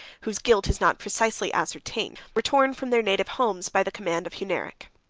whose guilt is not precisely ascertained, were torn from their native homes, by the command of hunneric.